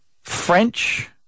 French